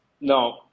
no